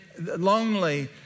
lonely